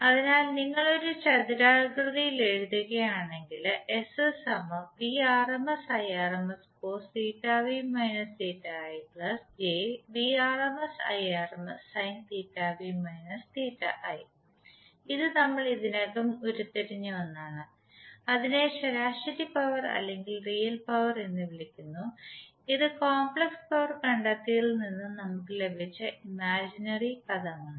അതിനാൽ നിങ്ങൾ ഒരു ചതുരാകൃതിയിൽ എഴുതുകയാണെങ്കിൽ ഇത് നമ്മൾ ഇതിനകം ഉരുത്തിരിഞ്ഞ ഒന്നാണ് അതിനെ ശരാശരി പവർ അല്ലെങ്കിൽ റിയൽ പവർ എന്ന് വിളിക്കുന്നു ഇത് കോംപ്ലക്സ് പവർ കണ്ടെത്തിയതിൽ നിന്നും നമുക്ക് ലഭിച്ച ഇമാജിനറി പദമാണ്